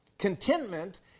contentment